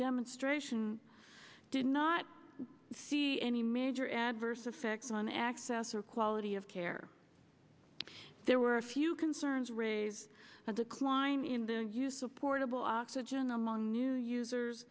demonstration did not see any major adverse effects on access or quality of care there were a few concerns raised by decline in the use of portable oxygen among new users